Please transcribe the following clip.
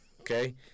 Okay